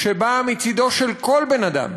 שבאה מצדו של כל בן-אדם,